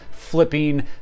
flipping